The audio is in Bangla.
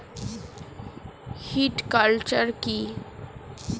হর্টিকালচার কি?